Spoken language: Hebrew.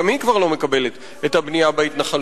גם היא כבר לא מקבלת את הבנייה בהתנחלויות.